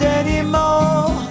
anymore